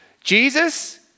Jesus